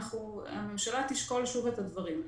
הממשלה תשקול שוב את הדברים.